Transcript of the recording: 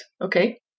okay